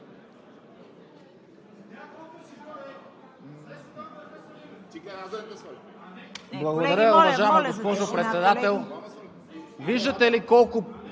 Господин Свиленски, заповядайте. По начина на водене ли?